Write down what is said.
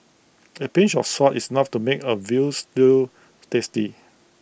A pinch of salt is enough to make A Veal Stew tasty